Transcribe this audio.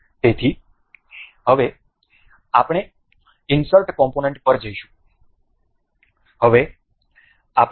તેથી હવે આપણે ઇન્સર્ટ કોમ્પોનન્ટ પર જઈશું